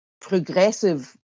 progressive